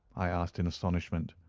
i asked in astonishment.